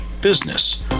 business